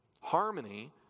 Harmony